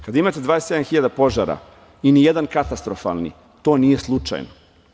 Kada imate 27.000 požara i ni jedan katastrofalni, to nije slučajno.